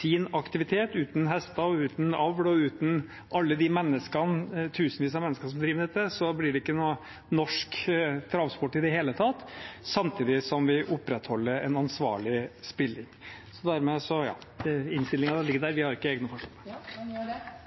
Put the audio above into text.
sin aktivitet, for uten hester, uten avl og uten alle de tusenvis av menneskene som driver med dette, blir det ikke noen norsk travsport i det hele tatt. Samtidig opprettholder vi en ansvarlig spilling. Forslaget vi nå diskuterer, ble jo, som vi vet, lagt fram før sommeren, og det